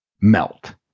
melt